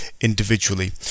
individually